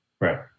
Right